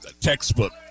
Textbook